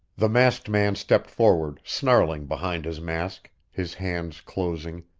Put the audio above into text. the masked man stepped forward, snarling behind his mask, his hands closing,